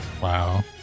Wow